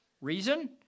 Reason